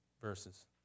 verses